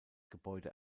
gebäude